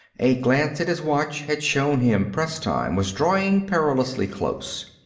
a glance at his watch had shown him press time was drawing perilously close.